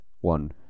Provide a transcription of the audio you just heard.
one